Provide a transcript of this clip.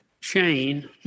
chain